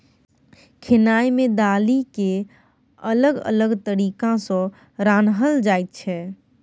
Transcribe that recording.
खेनाइ मे दालि केँ अलग अलग तरीका सँ रान्हल जाइ छै